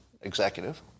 executive